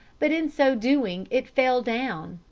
but in so doing it fell down,